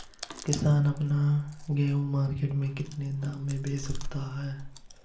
किसान अपना गेहूँ मार्केट में कितने दाम में बेच सकता है?